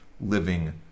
living